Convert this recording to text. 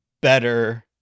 better